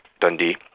Dundee